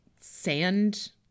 sand